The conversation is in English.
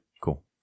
cool